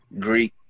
Greek